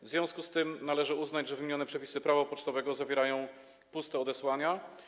W związku z tym należy uznać, że wymienione przepisy Prawa pocztowego zawierają puste odesłania.